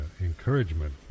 encouragement